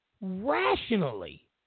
rationally